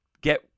get